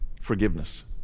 Forgiveness